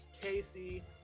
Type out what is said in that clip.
Casey